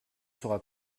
sera